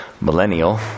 millennial